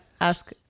ask